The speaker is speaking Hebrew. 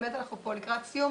אנחנו לקראת סיום.